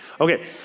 Okay